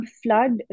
flood